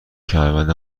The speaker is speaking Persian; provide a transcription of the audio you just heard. کمربند